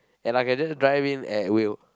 ya lah can just drive in at will